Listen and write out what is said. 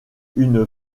une